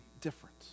different